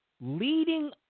Leading